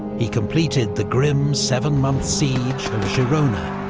he completed the grim, seven month siege of girona,